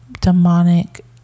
demonic